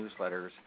newsletters